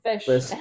fish